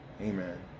amen